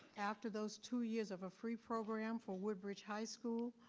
after those two years of a free program for woodbridge high school,